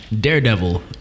Daredevil